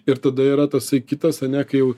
ir tada yra tasai kitas ane kai jau